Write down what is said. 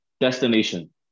Destination